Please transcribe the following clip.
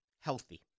healthy